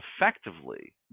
effectively